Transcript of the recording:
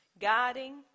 guiding